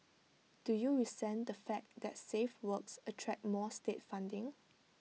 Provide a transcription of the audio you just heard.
do you resent the fact that safe works attract more state funding